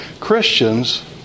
Christians